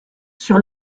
sur